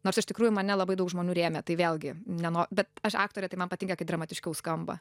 nors iš tikrųjų mane labai daug žmonių rėmė tai vėlgi neno bet aš aktorė tai man patinka kai dramatiškiau skamba